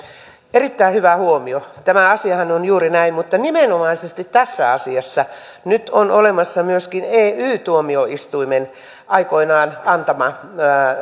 erittäin hyvä huomio tämä asiahan on juuri näin mutta nimenomaisesti tässä asiassa nyt on olemassa myöskin ey tuomioistuimen aikoinaan antama